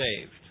saved